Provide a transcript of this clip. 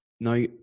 Now